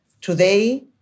today